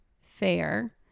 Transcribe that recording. fair